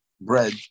bread